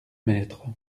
maître